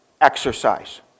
Exercise